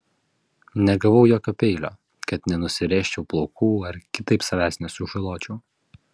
negavau jokio peilio kad nenusirėžčiau plaukų ar kitaip savęs nesužaločiau